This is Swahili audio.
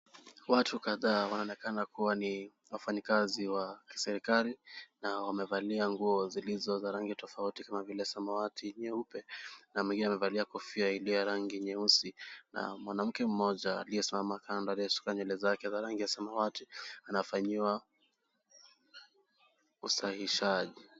Watu kadhaa wanaonekana kuwa ni wafanyakazi wa serikali na wamevalia nguo zilizo za rangi tofauti kama vile samawati, nyeupe na mwingine amevalia kofia iliyo ya rangi nyeusi na mwanamke mmoja aliyesimama kando aliyesuka nywele zake za rangi ya samawati anafanyiwa usahishaji.